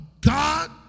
God